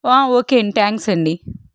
okay అండి thanks అండి